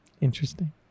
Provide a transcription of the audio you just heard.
interesting